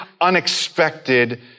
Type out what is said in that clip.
unexpected